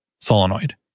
solenoid